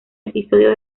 episodio